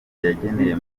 yageneye